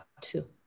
two